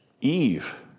Eve